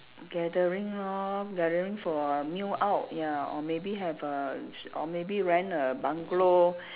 gathering lor gathering for a meal out ya or maybe have a sh~ or maybe rent a bungalow